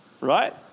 Right